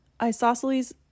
Isosceles